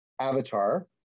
avatar